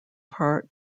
part